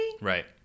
right